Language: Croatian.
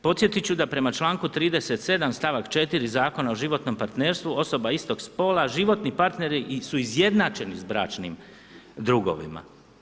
Podsjetit ću da prema članku 37. stavak 4. Zakona o životnom partnerstvu osoba istog spola, životni partneri su izjednačeni s bračnim drugovima.